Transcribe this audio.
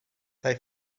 they